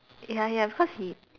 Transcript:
ya ya because he